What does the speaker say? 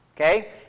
okay